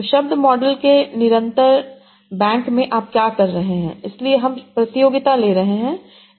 तो शब्द मॉडल के निरंतर बैक में आप क्या कर रहे हैं इसलिए हम प्रतियोगिता ले रहे हैं